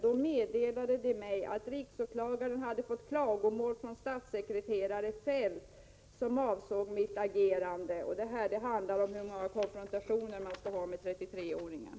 Då meddelades det mig att riksåklagaren hade fått klagomål från statssekreterare Fälth som avsåg mitt agerande.” Det handlade om hur många konfrontationer man skulle ha med 33-åringen.